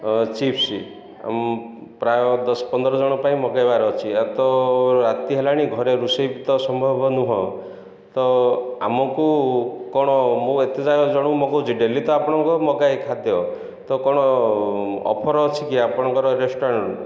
chips ପ୍ରାୟ ଦଶ ପନ୍ଦର ଜଣ ପାଇଁ ମଗେଇବାର ଅଛି ଆଉ ତ ରାତି ହେଲାଣି ଘରେ ରୋଷେଇ ତ ସମ୍ଭବ ନୁହଁ ତ ଆମକୁ କ'ଣ ମୁଁ ଏତେଯାକ ଜଣଙ୍କୁ ମଗାଉଛି ଡେଲି ତ ଆପଣଙ୍କ ମଗାଏ ଖାଦ୍ୟ ତ କ'ଣ ଅଫର ଅଛି କି ଆପଣଙ୍କ ରେଷ୍ଟୁରାଣ୍ଟ